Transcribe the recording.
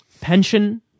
pension